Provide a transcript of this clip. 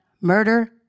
murder